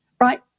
right